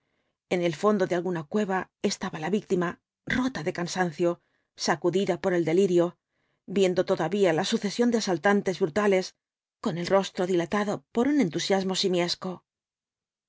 en el fondo de alguna cueva estaba la víctima rota de cansancio sacudida por el delirio viendo todavía la sucesión de asaltantes brutales con el rostro dilatado por un entusiasmo